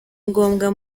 ngombwa